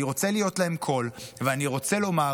אני רוצה להיות להם לקול, ואני רוצה לומר